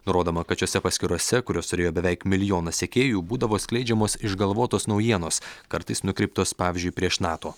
nurodoma kad šiose paskyrose kurios turėjo beveik milijoną sekėjų būdavo skleidžiamos išgalvotos naujienos kartais nukreiptos pavyzdžiui prieš nato